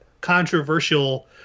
controversial